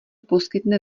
poskytne